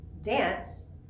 dance